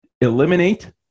eliminate